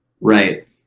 Right